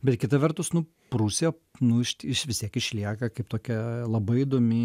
bet kita vertus nu prūsija nu išti vis tiek išlieka kaip tokia labai įdomi